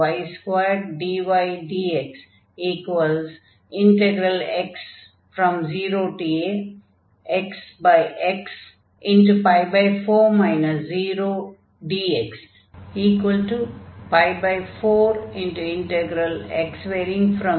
4 0dx4x0adx என்று ஆகும்